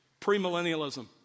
premillennialism